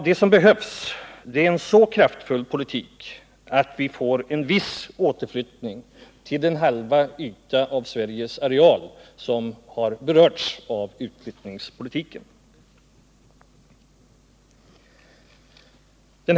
Det som behövs är en så kraftfull politik att vi får en viss återflyttning till den hälft av Sveriges areal som har berörts av utflyttningspolitiken.